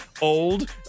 old